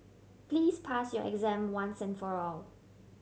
please pass your exam once and for all